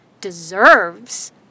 deserves